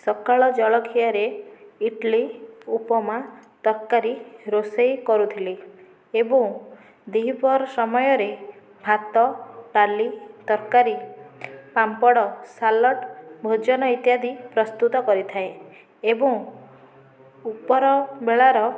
ସକାଳ ଜଳଖିଆରେ ଇଟିଲି ଉପମା ତରକାରୀ ରୋଷେଇ କରୁଥିଲି ଏବଂ ଦି ହିପହର ସମୟରେ ଭାତ ଡାଲି ତରକାରୀ ପାମ୍ପଡ଼ ସାଲାଟ୍ ଭୋଜନ ଇତ୍ୟାଦି ପ୍ରସ୍ତୁତ କରିଥାଏ ଏବଂ ଉପର ବେଳା ର